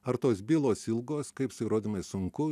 ar tos bylos ilgos kaip su įrodymais sunku